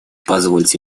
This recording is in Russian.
позвольте